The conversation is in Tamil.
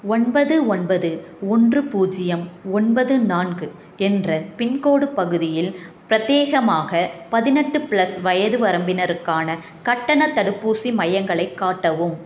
ஒன்பது ஒன்பது ஒன்று பூஜ்ஜியம் ஒன்பது நான்கு என்ற பின்கோட் பகுதியில் பிரத்யேகமாக பதினெட்டு ப்ளஸ் வயது வரம்பினருக்கான கட்டணத் தடுப்பூசி மையங்களை காட்டவும்